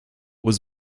was